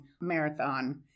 marathon